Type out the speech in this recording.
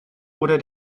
oder